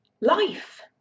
life